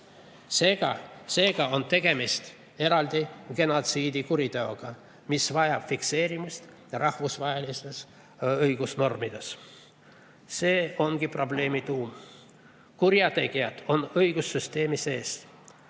Seega on tegemist eraldi genotsiidikuriteoga, mis vajab fikseerimist rahvusvahelistes õigusnormides. See ongi probleemi tuum. Kurjategijad on õigussüsteemi sees.